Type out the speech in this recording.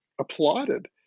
applauded